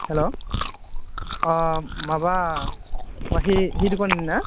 हेल' अ माबा हि हि दुखानि ना